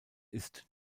ist